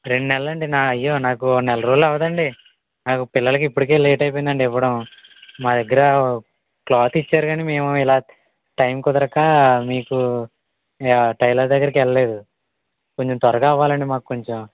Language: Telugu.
రెండు నెలలండి నా అయ్యో నాకు నెల రోజులు అవ్వదండి నాకు పిల్లలకి ఇప్పటికే లేట్ అయిపోయిందండి ఇవ్వడం మా దగ్గర క్లాత్ ఇచ్చారు కానీ మేము ఇలా టైం కుదరక మీకు టైలర్ దగ్గరికి వెళ్ళలేదు కొంచెం త్వరగా అవ్వాలండి మాకు కొంచెం